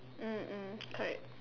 mm mm correct